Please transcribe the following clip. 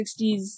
60s